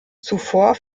zuvor